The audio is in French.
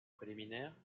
préliminaires